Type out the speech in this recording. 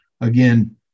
Again